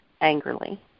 angrily